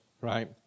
right